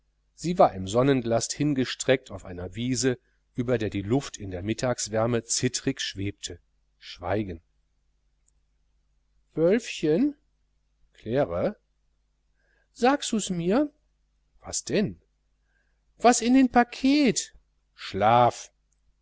sie waren im sonnenglast hingestreckt auf einer wiese über der die luft in der mittagswärme zittrig schwebte schweigen wölfchen claire sagssus mirs was denn was in den paket schlaf